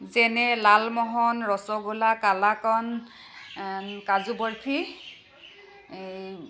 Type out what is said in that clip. যেনে লালমোহন ৰসগোল্লা কালাকান কাজু বৰফি এই